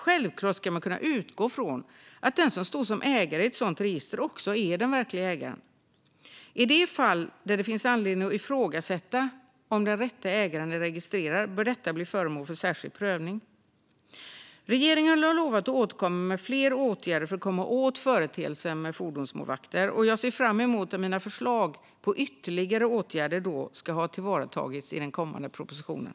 Självklart ska man kunna utgå från att den som står som ägare i ett sådant register också är den verkliga ägaren. I de fall då det finns anledning att ifrågasätta om den rätta ägaren är registrerad bör detta bli föremål för särskild prövning. Regeringen har lovat att återkomma med fler åtgärder för att komma åt företeelsen med fordonsmålvakter. Jag ser fram emot att mina förslag på ytterligare åtgärder ska ha tillvaratagits i den kommande propositionen.